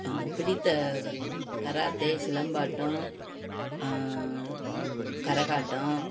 எனக்கு பிடித்த கராத்தே சிலம்பாட்டம் கரகாட்டம்